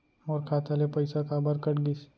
मोर खाता ले पइसा काबर कट गिस?